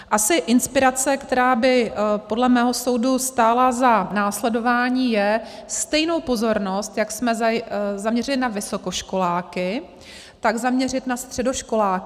Asi inspirace, která by podle mého soudu stála za následování, je stejnou pozornost, jako jsme zaměřili na vysokoškoláky, zaměřit na středoškoláky.